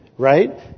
Right